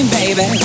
baby